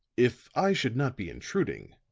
if i should not be intruding,